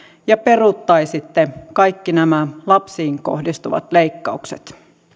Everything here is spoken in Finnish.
ja peruuttaisitte kaikki nämä lapsiin kohdistuvat leikkaukset